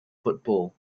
football